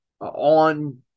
on